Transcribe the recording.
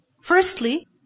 Firstly